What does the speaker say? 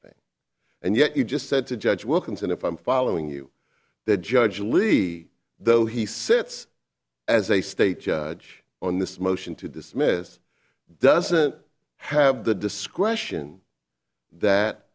and yet you just said to judge wilkinson if i'm following you the judge lee though he sits as a state judge on this motion to dismiss doesn't have the discretion that